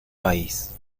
país